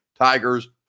Tigers